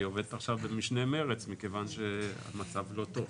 והיא עובדת עכשיו במשנה מרץ מכיוון שהמצב לא טוב.